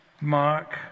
mark